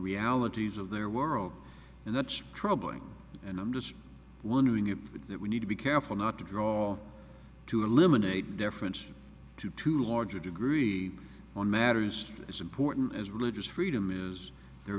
realities of their world and that's troubling and i'm just wondering if that we need to be careful not to draw to eliminate deference to too large a degree on matters as important as religious freedom is there